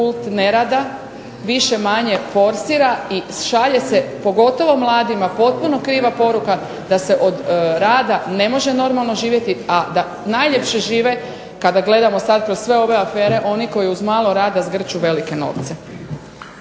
kult nerada više manje forsira i šalje se pogotovo mladima potpuno kriva poruka da se od rada ne može normalno živjeti, a da najljepše žive kada gledamo sada kroz sve ove afere, oni koji uz malo rada zgrću velike novce.